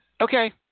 okay